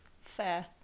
Fair